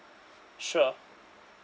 sure